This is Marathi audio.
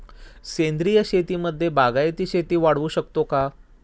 सेंद्रिय शेतीमध्ये बागायती शेती वाढवू शकतो का?